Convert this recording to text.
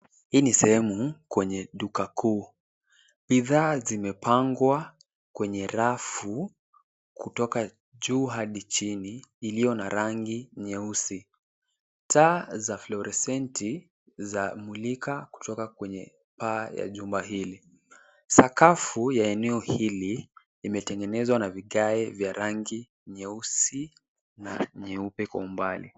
Hii ni sehemu kwenye duka kuu. Bidhaa zimepangwa kwenye rafu kutoka juu hadi chini iliyo na rangi nyeusi. Taa za fluorescent zamulika kutoka kwenye paa ya jumba hili. Sakafu ya eneo hili imetengenezwa na vigae vya rangi nyeusi na nyeupe kwa umbali.